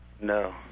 No